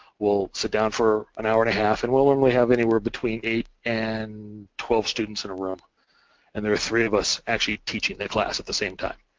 we'll sit down for an hour and a half and we'll normally have anywhere between eight and twelve students in a room and there are three of us actually teaching the class at the same time.